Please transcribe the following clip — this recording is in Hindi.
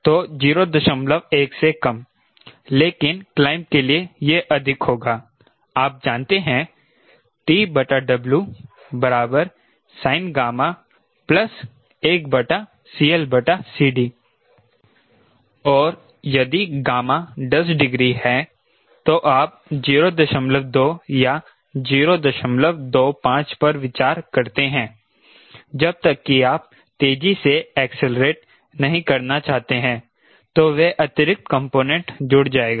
तो 01 से कम लेकिन क्लाइंब के लिए यह अधिक होगा आप जानते हैं TW sin 1CLCD और यदि 10 डिग्री है तो आप 02 या 025 पर विचार करते हैं जब तक कि आप तेजी से एक्सेलेरेट नहीं करना चाहते हैं तो वह अतिरिक्त कंपोनेंट जुड़ जाएगा